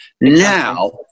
Now